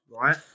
right